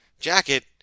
jacket